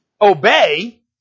obey